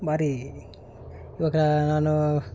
ಭಾರಿ ಇವಾಗ ನಾನು